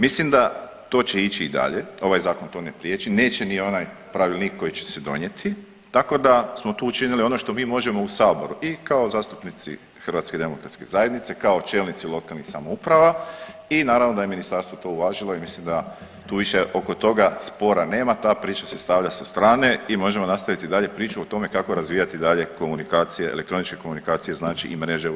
Mislim da to će ići i dalje, ovaj zakon to ne prijeći, neće ni onaj pravilnik koji će se donijeti tako da smo tu učinili ono što mi možemo u saboru i kao zastupnici HDZ-a, kao čelnici lokalnih samouprava i naravno da je ministarstvo to uvažilo i mislim tu više oko toga spora nema, ta priča se stavlja sa strane i možemo dalje nastaviti priču o tome kako razvijati dalje komunikacije, elektroničke komunikacije znači i mreže u RH.